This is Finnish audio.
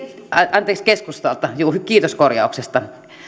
anteeksi keskustalta juu kiitos korjauksesta